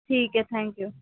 ٹھیک ہے thank you